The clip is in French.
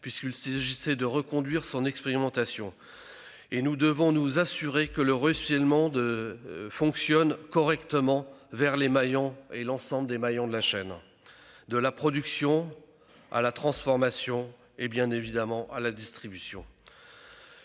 puisqu'il s'agissait de reconduire cette expérimentation. Nous devons nous assurer que le dispositif fonctionne correctement pour l'ensemble des maillons de la chaîne, de la production à la transformation et, bien évidemment, à la distribution.